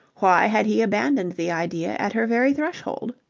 why had he abandoned the idea at her very threshold?